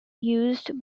used